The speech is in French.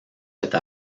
cette